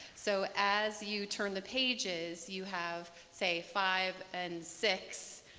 so as you turn the pages, you have say five and six,